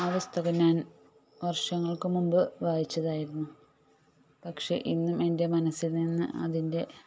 ആ പുസ്തകം ഞാൻ വർഷങ്ങൾക്ക് മുൻപ് വായിച്ചതായിരുന്നു പക്ഷേ ഇന്നും എൻ്റെ മനസ്സിൽ നിന്ന് അതിൻ്റെ